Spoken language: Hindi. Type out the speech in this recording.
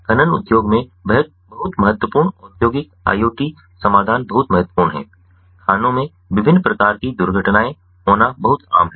खनन उद्योग में बहुत महत्वपूर्ण औद्योगिक IoT समाधान बहुत महत्वपूर्ण हैं खानों में विभिन्न प्रकार के दुर्घटनाएं होना बहुत आम है